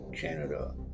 canada